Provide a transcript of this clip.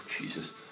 Jesus